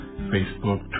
Facebook